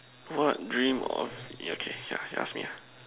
what dream of okay yeah you ask me ah